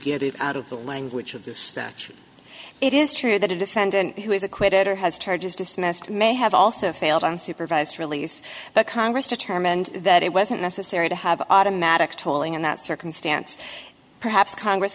get it out of the language of the statute it is true that a defendant who is acquitted or has charges dismissed may have also failed on supervised release but congress determined that it wasn't necessary to have automatic tolling in that circumstance perhaps congress